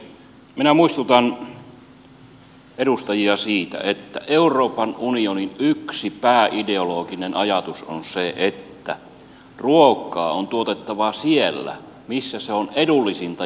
minä muistutan edustajia siitä että euroopan unionin yksi pääideologinen ajatus on se että ruokaa on tuotettava siellä missä se on edullisinta ja tehokkainta